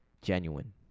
genuine